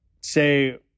say